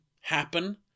happen